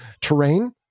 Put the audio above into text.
terrain